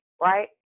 right